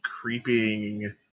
creeping